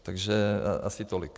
Takže asi tolik.